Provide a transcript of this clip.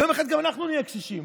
יום אחד גם אנחנו נהיה קשישים.